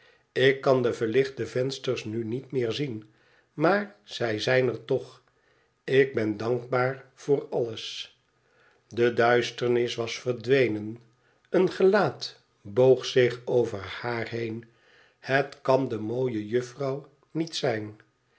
ik kan de verlichte vensters nu niet meer zien maar zij zijn er toch ik ben dankbaar voor alles i de duisternis was verdwenen een gelaat boog zich over haar heen het kan de mooie jufvou niet zijn